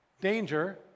danger